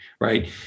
right